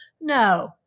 no